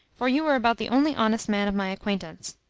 for you are about the only honest man of my acquaintance.